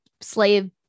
slave